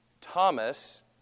Thomas